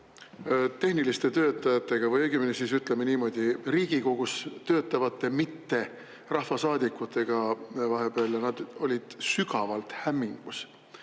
tehniliste töötajatega või õigemini siis, ütleme niimoodi, Riigikogus töötavate mitterahvasaadikutega ja nad olid sügavalt hämmingus.